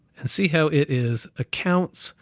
and see how it is accounts,